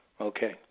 Okay